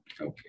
Okay